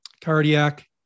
cardiac